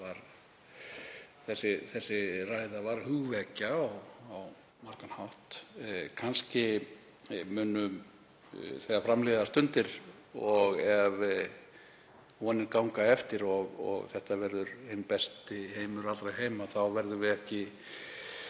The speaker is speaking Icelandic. Þessi ræða var hugvekja á margan hátt. Kannski þegar fram líða stundir og ef vonir ganga eftir og þetta verður hinn besti heimur allra heima þá munum við ekki